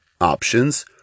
options